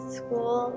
school